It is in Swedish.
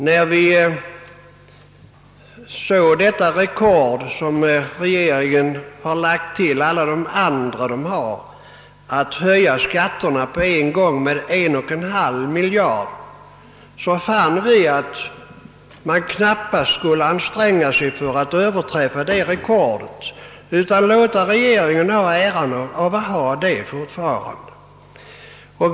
När vi såg det rekord som regeringen nu har lagt till sina andra då den på en gång höjer skatterna med 1,5 miljard kronor, fann vi att man knappast borde anstränga sig att överträffa rekordet på det området, utan kunde låta regeringen fortfarande ha äran därav.